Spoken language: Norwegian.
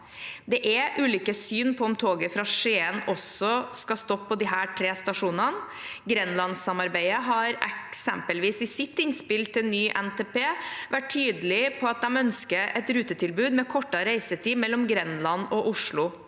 Det er ulike syn på om toget fra Skien også skal stoppe på disse tre stasjonene. Grenlandssamarbeidet har eksempelvis i sitt innspill til ny NTP vært tydelig på at de ønsker et rutetilbud med kortere reisetid mellom Grenland og Oslo.